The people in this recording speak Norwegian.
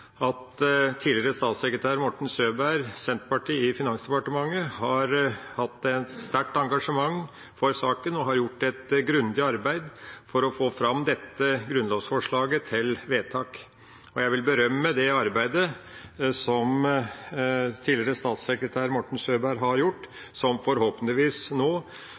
at tidligere statssekretær Morten Søberg fra Senterpartiet i Finansdepartementet har hatt et sterkt engasjement for saken og har gjort et grundig arbeid for å få fram dette grunnlovsforslaget til vedtak. Jeg vil berømme arbeidet som tidligere statssekretær Morten Søberg har gjort, som forhåpentligvis nå